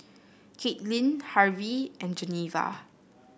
Kaitlynn Harvie and Geneva